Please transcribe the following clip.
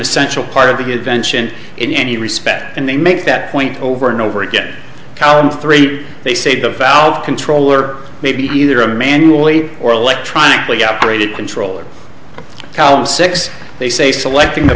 essential part of the invention in any respect and they make that point over and over again column three they say the valve controller may be either a manually or electronically operated controller column six they say selecting the